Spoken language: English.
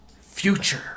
future